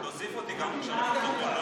תוסיף אותי, בבקשה.